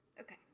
okay